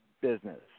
business